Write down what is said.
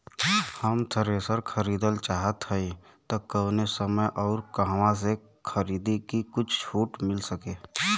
हम थ्रेसर खरीदल चाहत हइं त कवने समय अउर कहवा से खरीदी की कुछ छूट मिल सके?